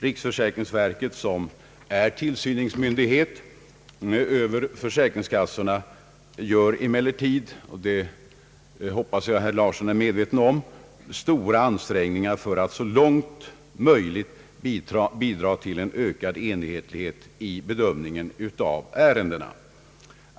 Riksförsäkringsverket, som är tillsynsmyndighet över försäkringskassorna, gör emellertid — det hoppas jag att herr Larsson är medveten om — stora ansträngningar för att så längt möjligt bidra till en ökad enhetlighet i bedömningen av ärendena.